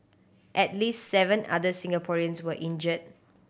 at least seven other Singaporeans were injured